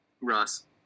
Russ